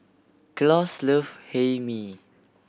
Claus love Hae Mee